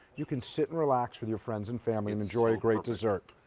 you can sit and relax with your friends and family, and enjoy a great desert.